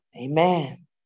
Amen